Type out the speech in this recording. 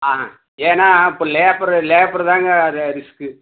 ஆ ஏன்னா இப்போ labour labour தாங்க அது ரிஸ்க்கு